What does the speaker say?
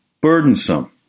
burdensome